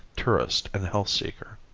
tourist and health seeker.